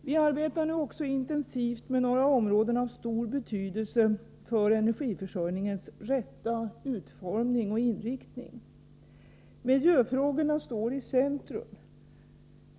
Vi arbetar nu också intensivt med några områden av stor betydelse för energiförsörjningens rätta utformning och inriktning. Miljöfrågorna står i centrum.